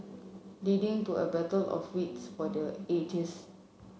leading to a battle of wits for the ages